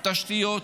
תשתיות,